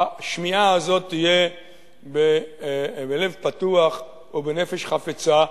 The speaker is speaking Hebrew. השמיעה הזאת תהיה בלב פתוח ובנפש חפצה.